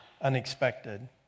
unexpected